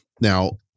now